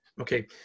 Okay